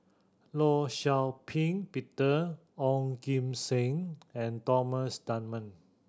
Law Shau Ping Peter Ong Kim Seng and Thomas Dunman